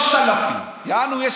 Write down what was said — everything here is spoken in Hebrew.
3000 יעני,